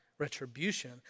Retribution